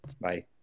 Bye